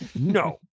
No